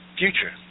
future